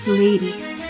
ladies